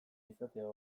izatea